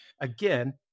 again